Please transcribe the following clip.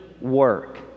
work